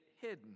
hidden